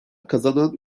kazanan